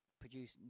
produce